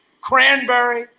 cranberry